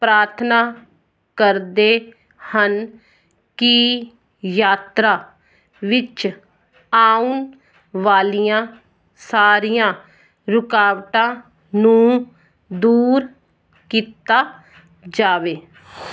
ਪ੍ਰਾਰਥਨਾ ਕਰਦੇ ਹਨ ਕਿ ਯਾਤਰਾ ਵਿੱਚ ਆਉਣ ਵਾਲੀਆਂ ਸਾਰੀਆਂ ਰੁਕਾਵਟਾਂ ਨੂੰ ਦੂਰ ਕੀਤਾ ਜਾਵੇ